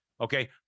okay